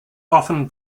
often